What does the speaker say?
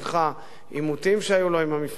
עימותים שהיו לו עם המפלגה שלך,